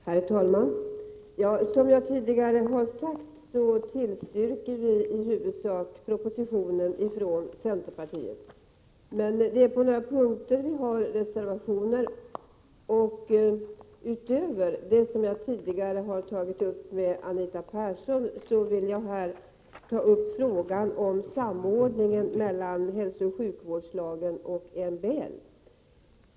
Herr talman! Som jag tidigare har sagt tillstyrker vi från centern i huvudsak propositionen. Men vi har reservationer på några punkter, och utöver det jag tidigare diskuterade med Anita Persson vill jag här ta upp frågan om samordningen mellan hälsooch sjukvårdslagen och MBL.